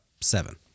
Seven